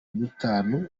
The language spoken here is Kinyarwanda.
nitanu